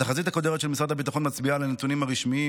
התחזית הקודרת של משרד הביטחון מצביעה על הנתונים הרשמיים.